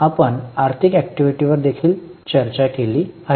आपण आर्थिक ऍक्टिव्हिटी वर देखील चर्चा केली आहे